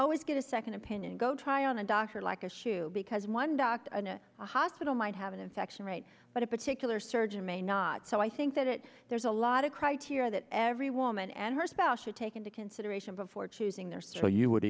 always get a second opinion go try on a doctor like issue because one doctor in a hospital might have an infection right but a particular surgeon may not so i think that there's a lot of criteria that every woman and her spouse should take into consideration before choosing their so you would